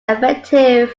effective